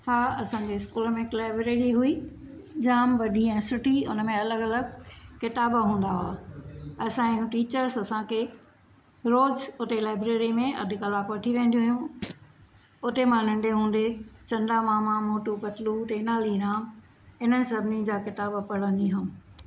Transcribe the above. हा असांजे इस्कूल में हिकु लाइब्रेरी हुई जाम वॾी ऐं सुठी हुन में अलॻि अलॻि किताब हूंदा हुआ असां टीचर्स असांखे रोज़ हुते लाइब्रेरीअ में अधु कलाकु वठी वेंदियूं हुयूं हुते मां नंढे हूंदे चंदा मामा मोटू पतलू तेनालीराम हिन सभिनीनि जा किताब पढ़ंदी हुअमि